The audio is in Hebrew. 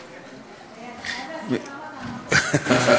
אתה חייב להסביר למה אתה אמרת את זה.